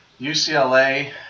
UCLA